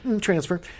transfer